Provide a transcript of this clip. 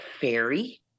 fairy